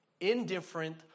indifferent